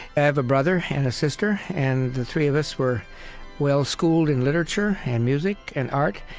i have a brother and a sister, and the three of us were well-schooled in literature and music and art,